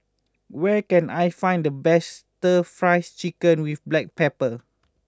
where can I find the best Stir Fried Chicken with Black Pepper